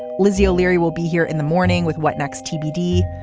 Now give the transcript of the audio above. lizzie o'leary will be here in the morning with what next tbd.